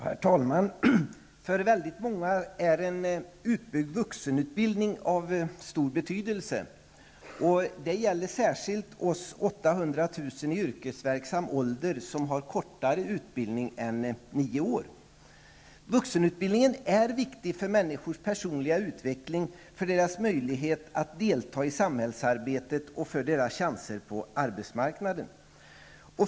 Herr talman! För väldigt många är en utbyggd vuxenutbildning av stor betydelse. Det gäller särskilt oss 800 000 i yrkesverksam ålder som har kortare utbildning än nio år. Vuxenutbildningen är viktig för människors personliga utveckling, för deras möjligheter att delta i samhällsarbetet och för deras chanser på arbetsmarknaden.